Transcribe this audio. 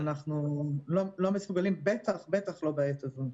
אנחנו לא מסוגלים, בטח לא בעת הזו.